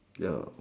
ya